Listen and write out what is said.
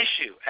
issue